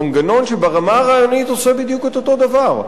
מנגנון שברמה הרעיונית עושה בדיוק אותו דבר.